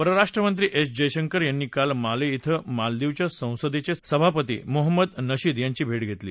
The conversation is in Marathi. परराष्ट्रमत्री एस जयशंकर यांनी काल माले धिं मालदीवच्या संसदेचे सभापती मोहम्मद नशीद यांची भेट घेतली